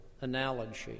analogy